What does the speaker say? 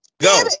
Go